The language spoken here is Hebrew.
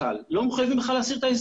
על זה בכלל לא יכול להיות שום ויכוח שמדובר